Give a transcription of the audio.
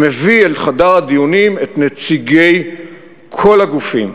מביא אל חדר הדיונים את נציגי כל הגופים.